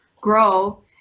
grow